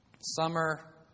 summer